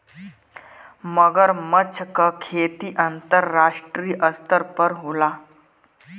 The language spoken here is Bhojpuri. मगरमच्छ क खेती अंतरराष्ट्रीय स्तर पर होला